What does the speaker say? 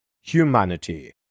humanity